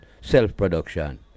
self-production